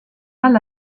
mal